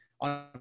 on